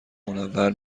منور